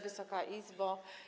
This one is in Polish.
Wysoka Izbo!